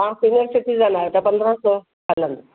हा senior citizen आहे त पंदरहां सौ हलंदो